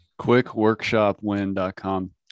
Quickworkshopwin.com